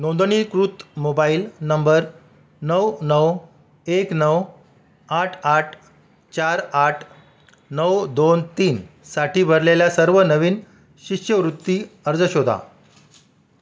नोंदणीकृत mobile number नऊ नऊ एक नऊ आठ आठ चार आठ नऊ दोन तीनसाठी भरलेल्या सर्व नवीन शिष्यवृत्ती अर्ज शोधा